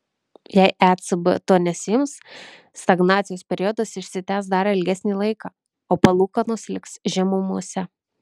jei ecb to nesiims stagnacijos periodas išsitęs dar ilgesnį laiką o palūkanos liks žemumose